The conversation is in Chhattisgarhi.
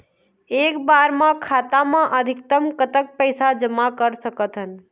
एक बार मा खाता मा अधिकतम कतक पैसा जमा कर सकथन?